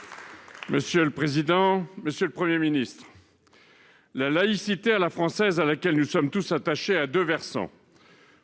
question s'adresse à M. le Premier ministre. La laïcité à la française, à laquelle nous sommes tous attachés, a deux versants.